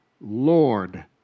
Lord